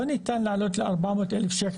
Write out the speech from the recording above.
לא ניתן להעלות ל-400 אלף שקל,